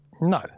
no